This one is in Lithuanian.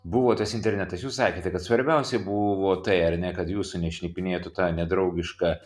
buvo tas internetas jūs sakėte kad svarbiausiai buvo tai ar ne kad jūsų nešnipinėtų ta nedraugiška